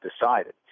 decided